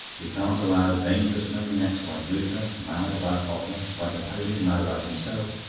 we can't allow dangerous maniacs like luther, mad about dogma, like napoleon, mad about himself,